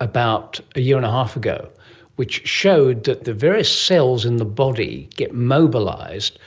about a year and a half ago which showed that the various cells in the body get mobilised,